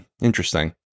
Interesting